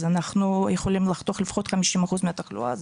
אז אנחנו יכולים לחתוך לפחות 50% מהתחלואה הזאת.